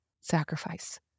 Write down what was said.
sacrifice